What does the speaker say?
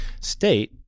state